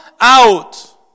out